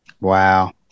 Wow